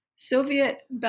Soviet